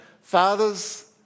father's